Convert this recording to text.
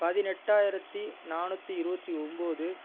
பதினெட்டாயிரத்தி நானூற்றி இருபத்தி ஒம்பது